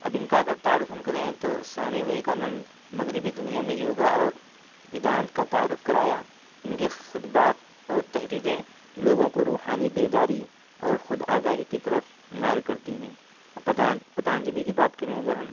اب ان کا اگر تعارف ہم کریں تو سوامی ویویکانند مغربی دنیا میں یوگا اور ودانت کا تعارف کرایا ان کے خطبات اور تحریریں لوگوں کو روحانی بیداری اور خود آگاہی کی طرف مائل کرتی ہیں اور پتانجلی کی بات کریں اگر ہم